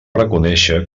reconèixer